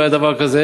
לא היה דבר כזה.